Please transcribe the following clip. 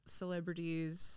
celebrities